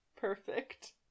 Perfect